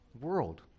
world